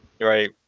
right